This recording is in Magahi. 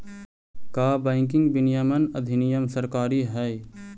का बैंकिंग विनियमन अधिनियम सरकारी हई?